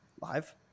live